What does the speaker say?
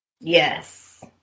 Yes